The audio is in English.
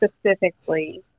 specifically